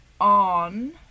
on